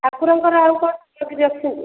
ଠାକୁରଙ୍କର ଆଉ କଣ ରଖିଛନ୍ତି